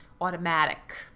automatic